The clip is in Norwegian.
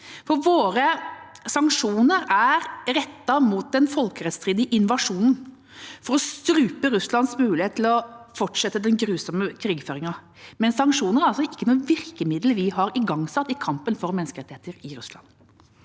Våre sanksjoner er rettet mot den folkerettsstridige invasjonen for å strupe Russlands mulighet til å fortsette den grusomme krigføringen. Men sanksjoner er altså ikke noe virkemiddel vi har igangsatt i kampen for menneskerettigheter i Russland.